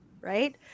Right